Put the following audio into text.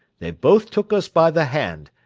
they both took us by the hand,